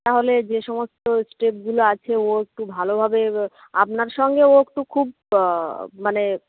তাহলে যে সমস্ত স্টেপগুলো আছে ও একটু ভালোভাবে আপনার সঙ্গে ও একটু খুব মানে